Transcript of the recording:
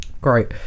Great